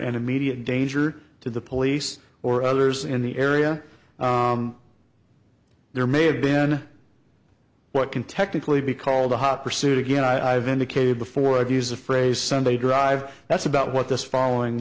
and immediate danger to the police or others in the area there may have been what can technically be called a hot pursuit again i've indicated before i've used the phrase sunday drive that's about what this following